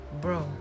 Bro